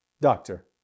Doctor